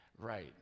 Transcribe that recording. right